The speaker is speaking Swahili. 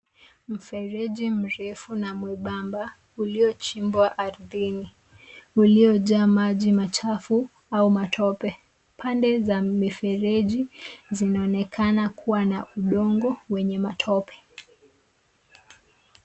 Mfereji mrefu na mwembamba uliochimbwa ardhini uliojaa maji machafu au matope. Pande za mifereji zinaonekana kuwa na udongo wenye matope.